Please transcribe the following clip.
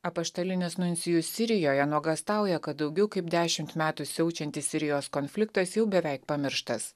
apaštalinis nuncijus sirijoje nuogąstauja kad daugiau kaip dešimt metų siaučiantis sirijos konfliktas jau beveik pamirštas